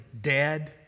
dead